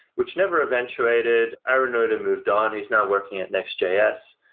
which never eventuated. arunoda moved on. he's now working at next js.